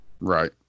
Right